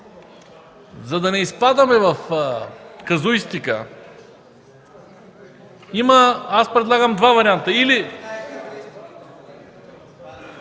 за да не изпадаме в казуистика, аз предлагам два варианта.